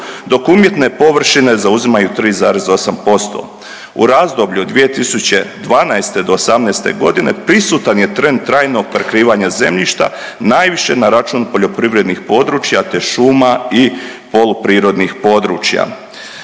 dok umjetne površine zauzimaju 3,8%. U razdoblju od 2012. do osamnaeste godine prisutan je trend trajnog prekrivanja zemljišta najviše na račun poljoprivrednih područja, te šuma i polu prirodnih područja.